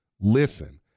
Listen